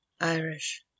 Irish